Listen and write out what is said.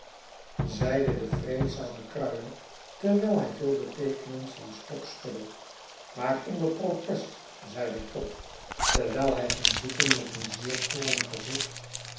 zeide de vreedzame kruier terwijl hij veelbeteekenend zijn stok schudde maar onder protest zeide trott terwijl hij ging zitten met een zeer toornig gezicht